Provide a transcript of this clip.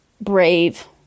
brave